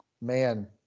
Man